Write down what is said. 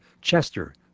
Chester